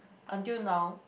until now